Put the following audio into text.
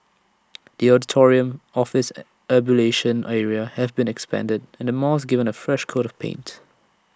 the auditorium office and ablution area have been expanded and the mosque given A fresh coat of paint